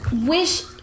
wish